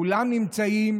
כולם נמצאים